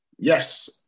Yes